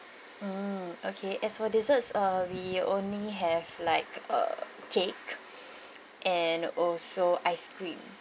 mm okay as for desserts uh we only have like uh cake and also ice cream